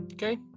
Okay